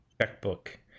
checkbook